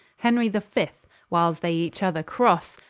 henrie the fift whiles they each other crosse,